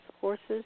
horses